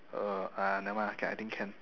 uh !aiya! never mind lah okay I think can